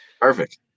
Perfect